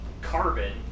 Carbon